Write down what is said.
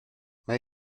mae